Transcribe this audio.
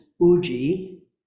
Uji